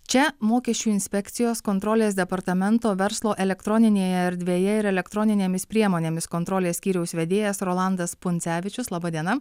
čia mokesčių inspekcijos kontrolės departamento verslo elektroninėje erdvėje ir elektroninėmis priemonėmis kontrolės skyriaus vedėjas rolandas pundzevičius laba diena